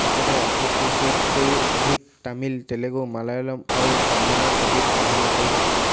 তেখেতে এশ ত্ৰিছতকৈও অধিক তামিল তেলেগু মালায়ালাম আৰু কান্নাড়া ছবিত অভিনয় কৰিছে